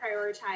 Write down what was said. prioritize